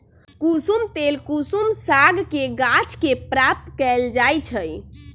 कुशुम तेल कुसुम सागके गाछ के प्राप्त कएल जाइ छइ